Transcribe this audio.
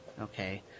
Okay